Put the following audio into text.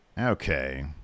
Okay